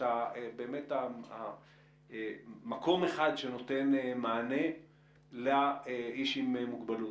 באמת מקום אחד שנותן מענה לאיש עם המגבלות,